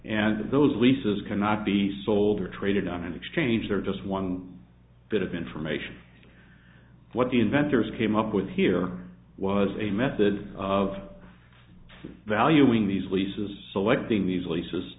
and those leases cannot be sold or traded on an exchange or just one bit of information what the inventors came up with here was a method of valuing these leases selecting these leases